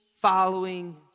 following